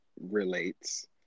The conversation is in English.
relates